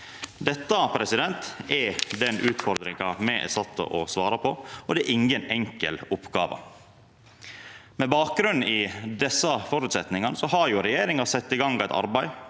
Dette er den utfordringa me er sette til å svara på, og det er inga enkel oppgåve. Med bakgrunn i desse føresetnadene har regjeringa sett i gang eit arbeid